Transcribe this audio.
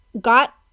got